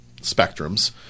spectrums